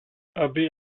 abbé